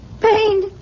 pain